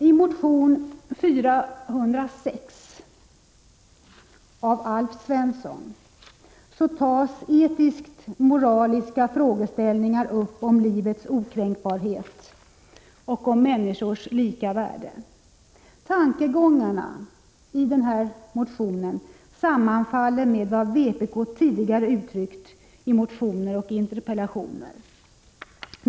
I motion §0406 av Alf Svensson tas etisk-moraliska frågeställningar upp om livets okränkbarhet och om människors lika värde. Tankegångarna i motionen sammanfaller med vad vpk tidigare uttryckt i motioner och interpellationer.